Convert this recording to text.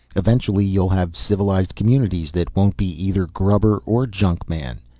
eventually you'll have civilized communities that won't be either grubber or junkman.